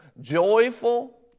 Joyful